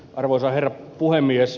arvoisa herra puhemies